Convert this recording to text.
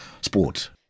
sport